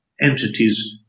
entities